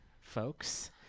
folks